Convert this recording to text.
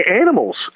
Animals